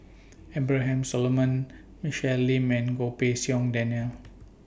Abraham Solomon Michelle Lim and Goh Pei Siong Daniel